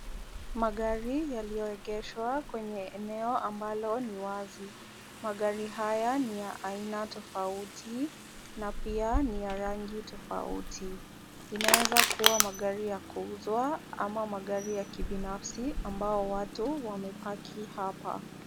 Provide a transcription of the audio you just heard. Magari yaliyoegeshwa kwenye eneo ambalo ni wazi. Magari haya ni ya aina tofauti na pia ni ya rangi tofauti. Inaweza kuwa magari ya kuuzwa ama magari ya kibinafsi, ambao watu wamepakiwa hapa.